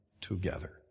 together